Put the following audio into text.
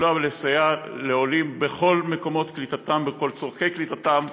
לקלוט ולסייע לעולים בכל מקומות קליטתם ובכל צורכי קליטתם.